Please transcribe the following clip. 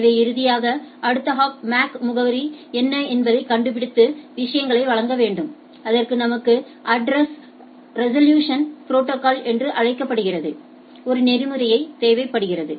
எனவே இறுதியாக அடுத்த ஹாப் MAC முகவரி என்ன என்பதைக் கண்டுபிடித்து விஷயங்களை வழங்க வேண்டும் அதற்கு நமக்கு அட்ரஸ் ரெசொலூஷன் ப்ரோடோகால் என்று அழைக்கப்படும் ஒரு நெறிமுறை தேவைப்படுகிறது